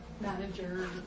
manager